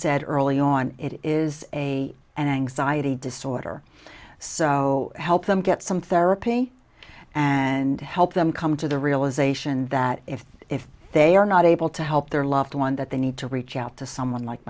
said early on it is a anxiety disorder so help them get some therapy and help them come to the realisation that if if they are not able to help their loved one that they need to reach out to someone like